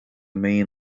main